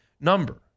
number